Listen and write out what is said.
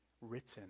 written